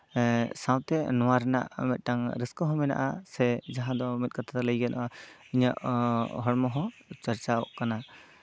ᱥᱟᱶᱛᱮ ᱱᱚᱣᱟ ᱨᱮᱱᱟᱜ ᱢᱤᱫᱴᱟᱝ ᱨᱟᱹᱥᱠᱟᱹ ᱦᱚᱸ ᱢᱮᱱᱟᱜᱼᱟ ᱥᱮ ᱡᱟᱦᱟᱸ ᱫᱚ ᱢᱤᱫ ᱠᱟᱛᱷᱟ ᱛᱮ ᱞᱟᱹᱭ ᱜᱟᱱᱚᱜᱼᱟ ᱤᱧᱟᱹᱜ ᱦᱚᱲᱢᱚ ᱦᱚᱸ ᱪᱟᱨᱪᱟᱜ ᱠᱟᱱᱟ